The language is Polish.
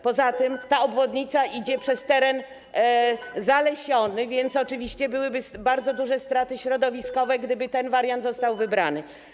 Poza tym ta obwodnica idzie przez teren zalesiony, więc byłyby bardzo duże straty środowiskowe, gdyby ten wariant został wybrany.